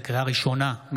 לקריאה ראשונה,